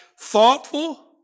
Thoughtful